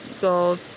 go